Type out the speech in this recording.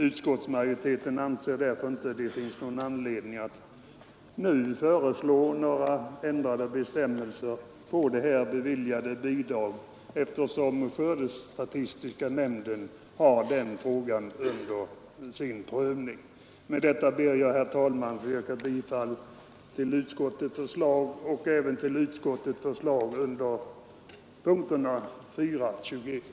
Utskottsmajoriteten anser inte att det finns någon anledning att nu föreslå några ändrade bestämmelser för detta bidrag, eftersom skördestatistiska nämnden har den frågan under sin prövning. Med det anförda ber jag, herr talman, att få yrka bifall till utskottets förslag under punkterna 4 t.o.m. 21.